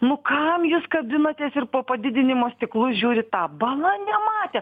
nu kam jūs kabinatės ir po padidinimo stiklu žiūrit tą bala nematė